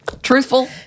Truthful